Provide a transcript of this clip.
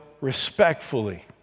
respectfully